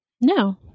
No